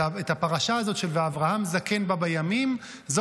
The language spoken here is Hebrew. את הפרשה הזאת של "ואברהם זקן בא בימים" יש